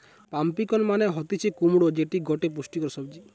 pumpkin মানে হতিছে কুমড়ো যেটি গটে পুষ্টিকর সবজি